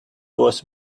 was